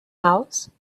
house